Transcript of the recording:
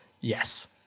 yes